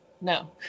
no